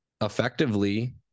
effectively